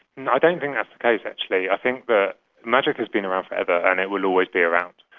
and don't think that's the case actually. i think that magic has been around forever and it will always be around,